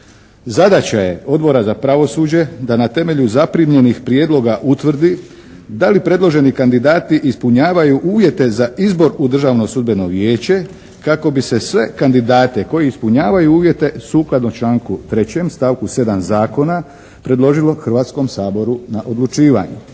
Zadaća je Odbora za pravosuđe da na temelju zaprimljenih prijedloga utvrdi da li predloženi kandidati ispunjavaju uvjete za izbor u Državno sudbeno vijeće kako bi se sve kandidate koji ispunjavaju uvjete sukladno članku 3. stavku 7. Zakona predložilo Hrvatskom saboru na odlučivanje.